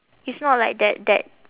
it's not like that that